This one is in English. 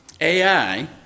AI